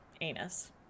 anus